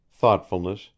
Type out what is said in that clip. thoughtfulness